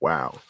Wow